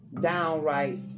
downright